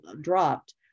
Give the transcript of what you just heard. dropped